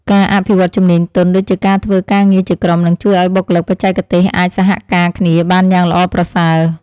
ការអភិវឌ្ឍជំនាញទន់ដូចជាការធ្វើការងារជាក្រុមនឹងជួយឱ្យបុគ្គលិកបច្ចេកទេសអាចសហការគ្នាបានយ៉ាងល្អប្រសើរ។